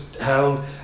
held